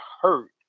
hurt